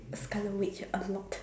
Scarlet Witch a lot